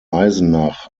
eisenach